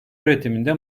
üretiminde